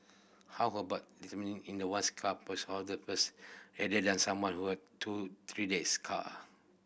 how about in the once cup the first than some who are two three days car